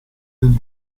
del